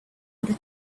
order